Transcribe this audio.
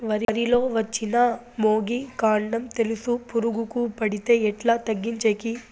వరి లో వచ్చిన మొగి, కాండం తెలుసు పురుగుకు పడితే ఎట్లా తగ్గించేకి?